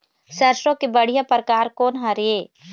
सरसों के बढ़िया परकार कोन हर ये?